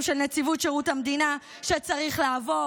של נציבות שירות המדינה שצריך לעבור.